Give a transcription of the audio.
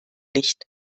licht